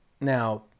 Now